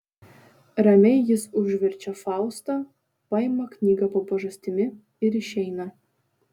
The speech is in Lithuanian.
ramiai jis užverčia faustą paima knygą po pažastimi ir išeina